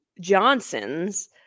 Johnsons